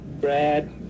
Brad